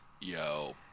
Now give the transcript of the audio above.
Yo